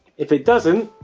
if it doesn't,